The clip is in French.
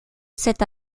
cette